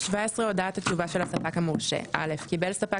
הודעת התשובה של הספק המורשה 17. (א) קיבל ספק